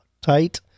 tight